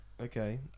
Okay